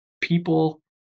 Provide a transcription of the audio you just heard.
people